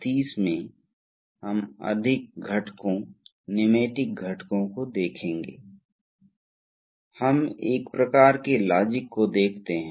NPTEL कार्यक्रम के तहत औद्योगिक स्वचालन और नियंत्रण पाठ्यक्रम के 28वे पाठ में स्वागत है आज हम एक बहुत ही दिलचस्प विषय को देखने जा रहे हैं